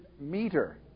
meter